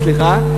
קרוון, סליחה.